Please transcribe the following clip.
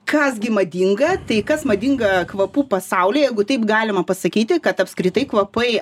kas gi madinga tai kas madinga kvapų pasaulyje jeigu taip galima pasakyti kad apskritai kvapai